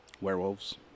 Werewolves